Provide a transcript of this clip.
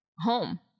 home